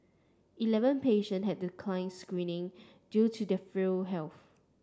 eleven patient had declined screening due to their frail health